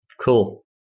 Cool